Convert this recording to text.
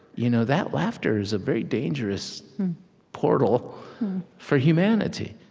you know that laughter is a very dangerous portal for humanity